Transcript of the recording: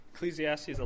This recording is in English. Ecclesiastes